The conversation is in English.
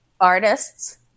artists